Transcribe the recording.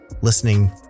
listening